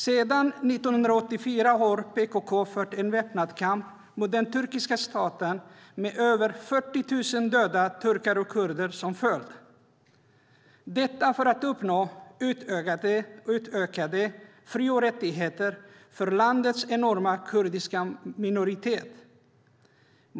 Sedan 1984 har PKK fört en väpnad kamp mot den turkiska staten med över 40 000 döda turkar och kurder som följd, detta för att uppnå utökade fri och rättigheter för landets enorma kurdiska minoritet.